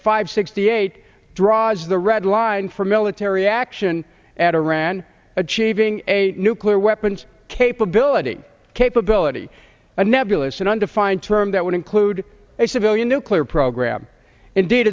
five sixty eight draws the red line for military action at iran achieving a nuclear weapons capability capability a nebulous and undefined term that would include a civilian nuclear program ind